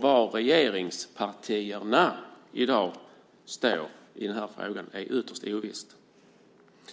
Var regeringspartierna i dag står i den här frågan är ytterst ovisst.